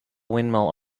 windmill